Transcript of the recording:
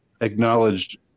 acknowledged